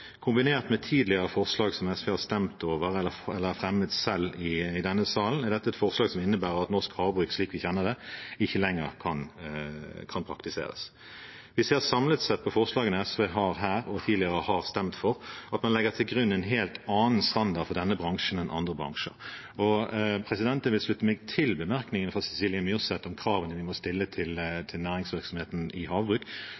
Kombinert med tidligere forslag som SV har stemt over eller fremmet selv i denne salen, er dette et forslag som innebærer at norsk havbruk slik vi kjenner det, ikke lenger kan praktiseres. Vi ser samlet sett på forslagene SV har her og tidligere har stemt for, at man legger til grunn en helt annen standard for denne bransjen enn for andre bransjer. Jeg vil slutte meg til bemerkningene fra Cecilie Myrseth om kravene vi må stille til